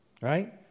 right